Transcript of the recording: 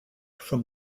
from